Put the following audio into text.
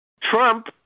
Trump